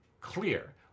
clear